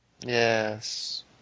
Yes